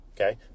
Okay